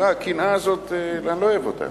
הקנאה הזאת אני לא אוהב אותה.